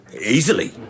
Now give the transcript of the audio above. Easily